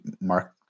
Mark